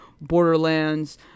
Borderlands